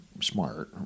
smart